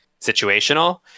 situational